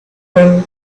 him